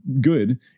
good